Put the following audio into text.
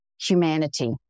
humanity